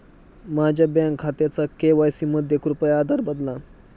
माझ्या बँक खात्याचा के.वाय.सी मध्ये कृपया आधार बदला